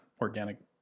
organic